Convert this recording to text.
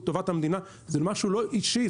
לטובת המדינה זה משהו לא אישי,